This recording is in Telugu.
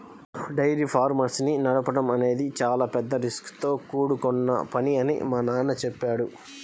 డైరీ ఫార్మ్స్ ని నడపడం అనేది చాలా పెద్ద రిస్కుతో కూడుకొన్న పని అని మా నాన్న చెప్పాడు